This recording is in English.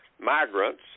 migrants